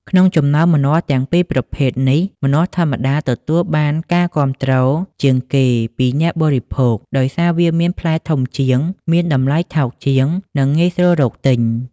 ក្នុងចំណោមម្នាស់ទាំងពីរប្រភេទនេះ ម្នាស់ធម្មតា ទទួលបានការគាំទ្រជាងគេពីអ្នកបរិភោគ ដោយសារវាមានផ្លែធំជាង មានតម្លៃថោកជាង និងងាយស្រួលរកទិញ។